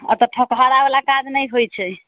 एत्तऽ ठकहराबला काज नहि होइत छै